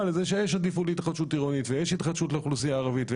לזה שיש עדיפות להתחדשות עירונית ויש עדיפות לאוכלוסייה הערבית,